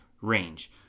range